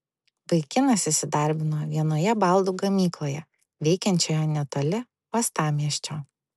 vaikinas įsidarbino vienoje baldų gamykloje veikiančioje netoli uostamiesčio